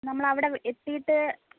നമ്മൾ അവിടെ എത്തിയിട്ട്